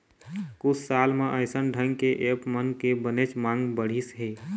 कुछ साल म अइसन ढंग के ऐप मन के बनेच मांग बढ़िस हे